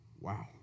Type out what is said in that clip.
Wow